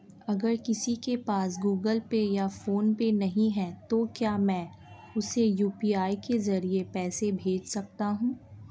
अगर किसी के पास गूगल पे या फोनपे नहीं है तो क्या मैं उसे यू.पी.आई के ज़रिए पैसे भेज सकता हूं?